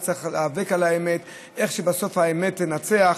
איך צריך להיאבק על האמת כדי שבסוף האמת תנצח.